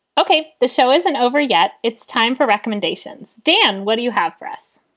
ok. the show isn't over yet. it's time for recommendations. dan, what do you have for us?